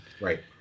Right